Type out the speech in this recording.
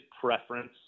preference